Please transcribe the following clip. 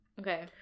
Okay